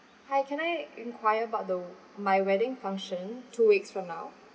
hi can I enquire about the my wedding function two weeks from now